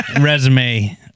resume